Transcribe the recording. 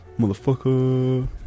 Motherfucker